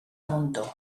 muntó